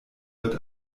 wird